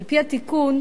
על-פי התיקון,